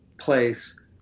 place